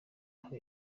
aho